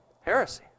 Heresy